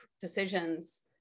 decisions